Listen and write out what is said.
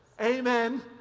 Amen